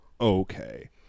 okay